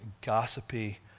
gossipy